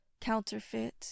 counterfeit